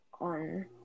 on